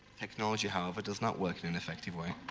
technology however does not work in an effective way.